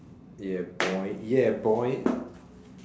ya boy ya boy